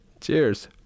Cheers